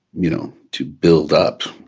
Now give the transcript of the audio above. you know, to build up